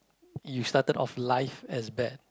you started off life as bad